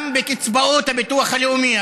גם בקצבאות הביטוח הלאומי,